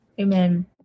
Amen